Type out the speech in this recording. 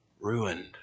ruined